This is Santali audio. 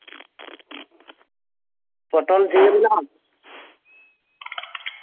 ᱯᱚᱴᱚᱞ ᱡᱷᱤᱸᱜᱟᱹ ᱢᱮᱱᱟᱜᱼᱟ